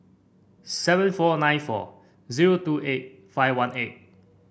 seven four nine four zero two eight five one eight